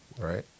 Right